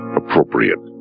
appropriate